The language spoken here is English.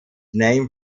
name